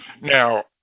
Now